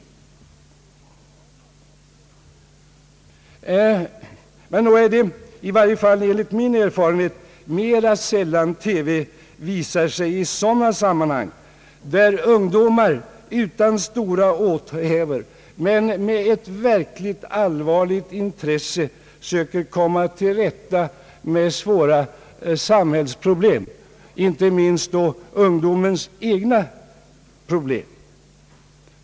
Nog är det i varje fall enligt min erfarenhet mera sällan som TV visar sig i sådana sammanhang där ungdomar utan stora åthävor men med ett verkligt allvarligt intresse söker komma till rätta med svåra samhällsproblem, inte minst då ungdomens egna problem.